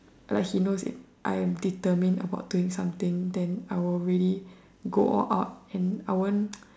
like he knows if I am determined about doing something then I will really go all out and I won't